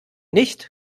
nicht